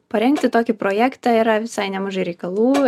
parengti tokį projektą yra visai nemažai reikalų